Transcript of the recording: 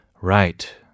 Right